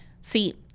See